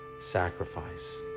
sacrifice